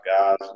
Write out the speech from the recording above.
guys